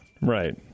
Right